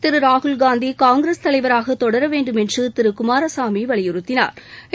திரு ராகுல்காந்தி காங்கிரஸ் தலைவராக தொடர வேண்டுமென்று திரு குமாரசாமி வலியுறுத்தினாா்